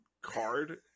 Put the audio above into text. card